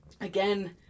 again